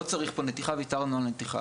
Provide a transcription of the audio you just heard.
לא צריך פה נתיחה, וויתרנו על נתיחה.